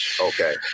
Okay